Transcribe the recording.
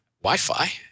Wi-Fi